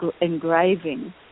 engraving